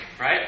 right